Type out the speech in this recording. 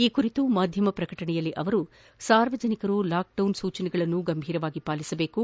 ಈ ಕುರಿತು ಮಾಧ್ಯಮ ಪ್ರಕಟಣೆ ಬಿಡುಗಡೆ ಮಾಡಿರುವ ಅವರು ಸಾರ್ವಜನಿಕರು ಲಾಕ್ಡೌನ್ ಸೂಚನೆಗಳನ್ನು ಗಂಭೀರವಾಗಿ ಪಾಲಿಸಬೇಕು